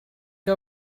que